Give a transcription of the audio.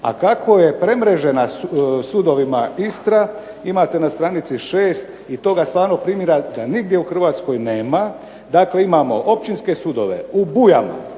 a kako je premrežena sudovima Istra imate na stranici šest i toga stvarno primjera da nigdje u Hrvatskoj nema. Dakle, imamo općinske sudove u Bujama,